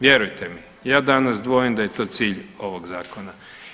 Vjerujte mi, ja danas dvojim da je to cilj ovog Zakona.